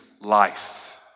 life